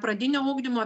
pradinio ugdymo